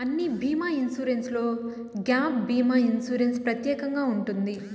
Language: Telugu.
అన్ని బీమా ఇన్సూరెన్స్లో గ్యాప్ భీమా ఇన్సూరెన్స్ ప్రత్యేకంగా ఉంటది